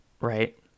right